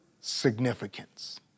significance